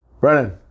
Brennan